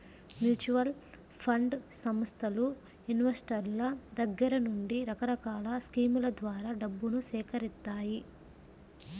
mutual fund సంస్థలు ఇన్వెస్టర్ల దగ్గర నుండి రకరకాల స్కీముల ద్వారా డబ్బును సేకరిత్తాయి